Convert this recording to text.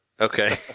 Okay